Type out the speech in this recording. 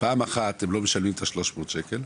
פעם אחת הם לא משלמים את ה-300 שקל.